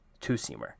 two-seamer